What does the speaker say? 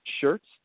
Shirts